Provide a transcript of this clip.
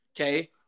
okay